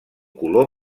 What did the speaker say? color